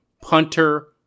punter